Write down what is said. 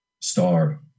star